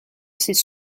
ces